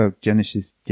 Genesis